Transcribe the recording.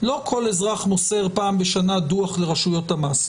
לא כל אזרח מוסר פעם בשנה דוח לרשויות המס,